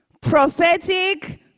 Prophetic